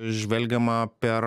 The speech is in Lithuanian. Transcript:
žvelgiama per